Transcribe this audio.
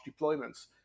deployments